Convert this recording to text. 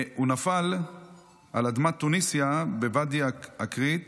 הוא נפל על אדמת תוניסיה בוואדי עקרית